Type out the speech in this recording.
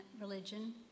religion